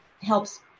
helps